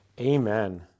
Amen